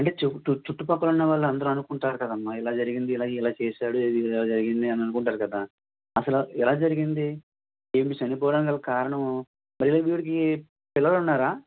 అంటే చుట్టు చుట్టూ పక్కల ఉన్నవాళ్ళందరూ అనుకుంటారు కదమ్మా ఇలా జరిగింది ఇలా ఇలా చేసాడు ఇలా జరిగింది అని అనుకుంటారు కదా అసలు ఎలా జరిగింది ఈమె చనిపోవడానికి గల కారణం మరియు ఈమెకి పిల్లలున్నారా